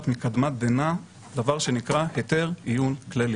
מקדמת דנא דבר שנקרא "היתר עיון כללי".